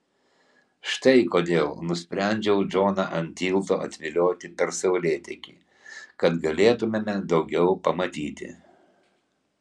štai kodėl nusprendžiau džoną ant tilto atvilioti per saulėtekį kad galėtumėme daugiau pamatyti